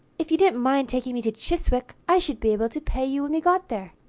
if you didn't mind taking me to chiswick, i should be able to pay you when we got there.